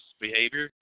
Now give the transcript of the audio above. behavior